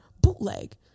bootleg